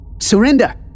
Surrender